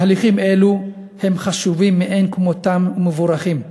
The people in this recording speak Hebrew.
תהליכים אלו הם חשובים מאין כמותם ומבורכים,